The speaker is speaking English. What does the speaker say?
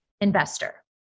investor